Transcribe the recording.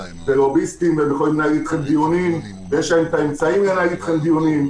ולוביסטים שיש להם אמצעים לנהל אתכם דיונים,